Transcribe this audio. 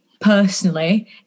personally